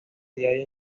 diarias